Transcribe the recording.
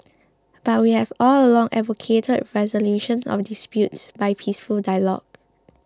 but we have all along advocated resolution of disputes by peaceful dialogue